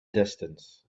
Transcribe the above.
distance